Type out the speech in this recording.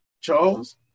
Charles